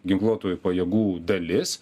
ginkluotųjų pajėgų dalis